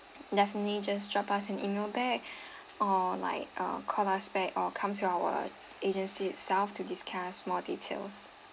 definitely just drop us an email back or like uh call us back or come to our agency itself to discuss more details